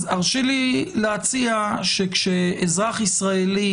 אז הרשי לי להציע שכשאזרח ישראלי,